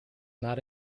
not